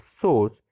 source